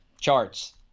charts